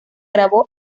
grabó